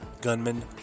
Gunman